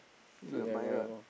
do you admire